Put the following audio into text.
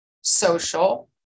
social